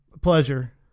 pleasure